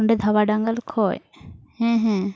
ᱱᱚᱸᱰᱮ ᱫᱷᱟᱵᱟ ᱰᱟᱝᱜᱟᱞ ᱠᱷᱚᱡ ᱦᱮᱸ ᱦᱮᱸ